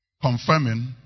confirming